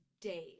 days